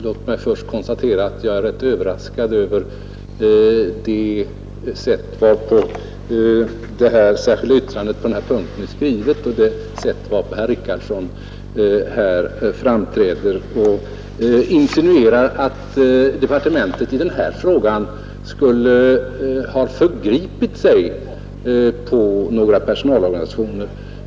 Låt mig först konstatera att jag är rätt överraskad över det sätt varpå det särskilda yttrandet på denna punkt är skrivet och det sätt varpå herr Richardson här framträder och insinuerar att departementet i denna fråga skulle ha förgripit sig på några personalorganisationer.